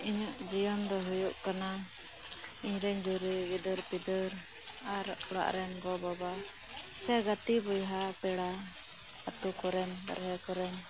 ᱤᱧᱟᱜ ᱡᱤᱭᱚᱱ ᱫᱚ ᱦᱩᱭᱩᱜ ᱠᱟᱱᱟ ᱤᱧᱨᱮᱱ ᱡᱩᱨᱤ ᱜᱤᱫᱟᱹᱨ ᱯᱤᱫᱟᱹᱨ ᱟᱨ ᱚᱲᱟᱜ ᱨᱮᱱ ᱜᱚ ᱵᱟᱵᱟ ᱥᱮ ᱜᱟᱹᱛᱮ ᱵᱚᱭᱦᱟ ᱯᱮᱲᱟ ᱟᱹᱛᱩ ᱠᱚᱨᱮᱱ ᱵᱟᱨᱦᱮ ᱠᱚᱨᱮᱱ